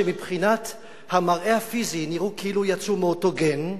כשמבחינת המראה הפיזי הם נראו כאילו יצאו מאותו גן,